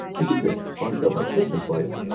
we could just bunch it up like christmas lights,